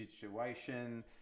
situation